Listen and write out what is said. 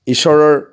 ঈশ্বৰৰ